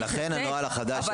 ולכן הנוהל החדש יצא.